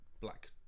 black